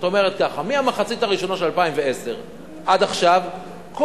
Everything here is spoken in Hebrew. כלומר מהמחצית הראשונה של 2010 עד עכשיו כל